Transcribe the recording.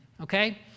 okay